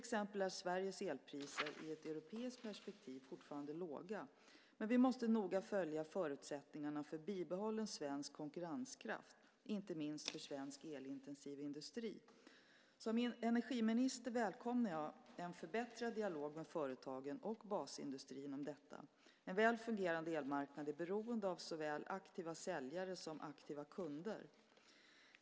Exempelvis är Sveriges elpriser i ett europeiskt perspektiv fortfarande låga, men vi måste noga följa förutsättningarna för bibehållen svensk konkurrenskraft, inte minst för svensk elintensiv industri. Som energiminister välkomnar jag en förbättrad dialog med företagen och basindustrin om detta. En väl fungerande elmarknad är beroende av såväl aktiva säljare som aktiva kunder.